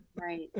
right